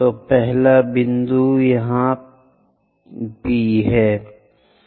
तो पहला बिंदु यहाँ फिर से P है